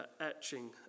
etching